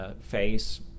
face